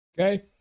Okay